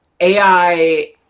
AI